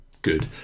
good